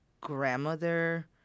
grandmother